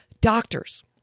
Doctors